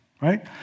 right